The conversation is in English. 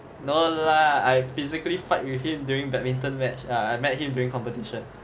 no lah I physically fight with him during badminton match ah I met him during competition